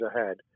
ahead